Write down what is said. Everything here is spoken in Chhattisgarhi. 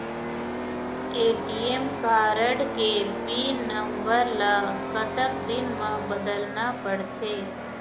ए.टी.एम कारड के पिन नंबर ला कतक दिन म बदलना पड़थे?